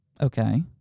Okay